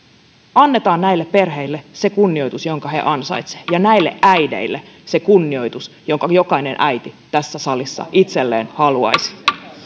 annetaan näille perheille se kunnioitus jonka he ansaitsevat ja näille äideille se kunnioitus jonka jokainen äiti tässä salissa itselleen haluaisi